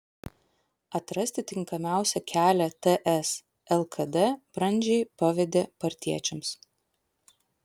atrasti tinkamiausią kelią ts lkd brandžiai pavedė partiečiams